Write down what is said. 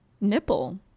nipple